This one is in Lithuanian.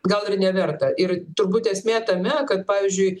gal ir neverta ir turbūt esmė tame kad pavyzdžiui